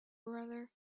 brother